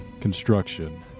construction